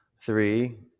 three